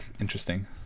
interesting